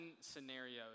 scenarios